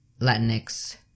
Latinx